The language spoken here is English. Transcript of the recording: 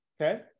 okay